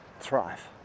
thrive